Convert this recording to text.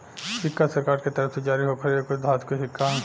सिक्का सरकार के तरफ से जारी होखल एगो धातु के सिक्का ह